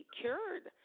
cured